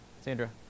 sandra